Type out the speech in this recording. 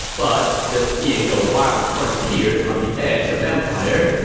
but, this being the wild frontiers on the edge of empire,